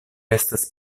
estas